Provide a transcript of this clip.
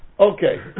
Okay